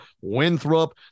Winthrop